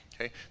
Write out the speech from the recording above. Okay